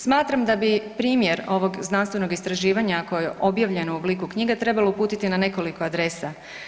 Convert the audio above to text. Smatram da bi primjer ovog znanstvenog istraživanja koje je objavljeno u obliku knjige trebalo uputiti na nekoliko adresa.